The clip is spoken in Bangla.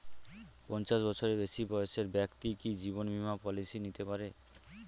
পঞ্চাশ বছরের বেশি বয়সের ব্যক্তি কি জীবন বীমা পলিসি নিতে পারে?